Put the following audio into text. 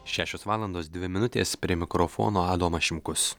šešios valandos dvi minutės prie mikrofono adomas šimkus